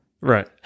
Right